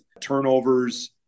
turnovers